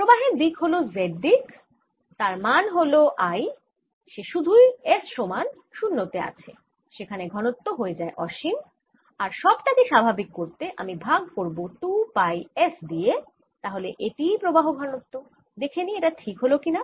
প্রবাহের দিক হল z দিক তার মান হল I সে সুধুই s সমান 0 তে আছে যেখানে ঘনত্ব হয়ে যায় অসীম আর সবটা কে স্বাভাবিক করতে আমি ভাগ করব 2 পাই S দিয়ে তাহলে এটিই প্রবাহ ঘনত্ব দেখে নিই এটা ঠিক হল কি না